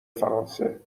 فرانسه